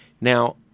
Now